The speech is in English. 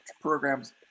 programs